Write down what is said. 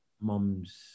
mum's